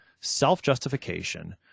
self-justification